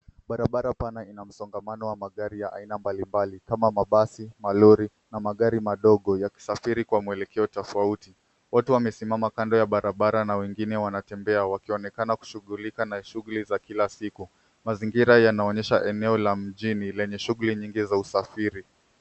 Barabara pana ina msongamano wa magari ya aina mbalimbali kama mabasi, malori na magari madogo yakisafiri kwa mwelekeo tofauti. Watu wamesimama kando ya barabara na wengine wanatembea wakionekana kushughulika na shuguli za kila siku. Mazingira yanaonyesha eneo la mjini lenye shughuli nyingi za usafiri.